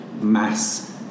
mass